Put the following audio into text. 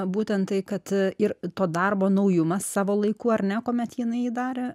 būtent tai kad ir to darbo naujumas savo laiku ar ne kuomet jinai jį darė